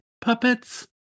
puppets